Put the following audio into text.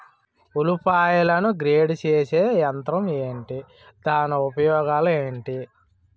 ఉల్లిపాయలను గ్రేడ్ చేసే యంత్రం ఏంటి? దాని ఉపయోగాలు ఏంటి?